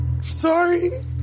Sorry